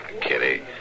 Kitty